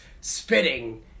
spitting